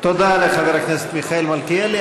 תודה לחבר הכנסת מיכאל מלכיאלי.